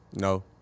No